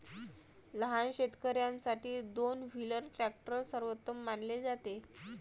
लहान शेतकर्यांसाठी दोन व्हीलर ट्रॅक्टर सर्वोत्तम मानले जाते